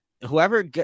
whoever